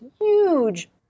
huge